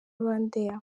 rwandair